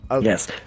Yes